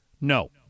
no